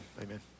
Amen